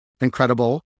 incredible